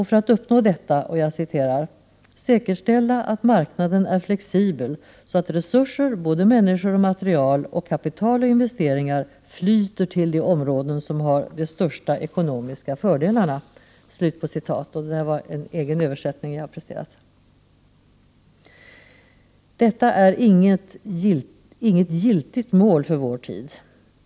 För att uppnå detta sägs att länderna är överens om att ”——— säkerställa att marknaden är flexibel så att resurser, både människor och material, kapital och investeringar flyter till de områden som har de största ekonomiska fördelarna”. Detta var min egen översättning. Detta är inget giltigt mål för vår tid.